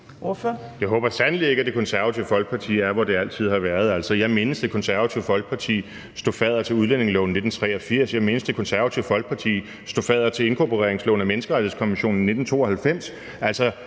Jeg håber sandelig ikke, at Det Konservative Folkeparti er, hvor det altid har været. Altså, jeg mindes Det Konservative Folkeparti stå fadder til udlændingeloven i 1983, og jeg mindes Det Konservative Folkeparti stå fadder til inkorporeringsloven om inkorporering af menneskerettighedskonventionen i 1992.